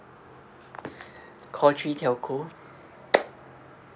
call three telco